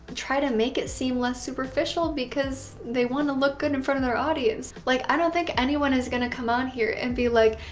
try to make it seem less superficial because they want to look good in front of their audience. like i don't think anyone is going to come on here and be like,